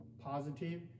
positive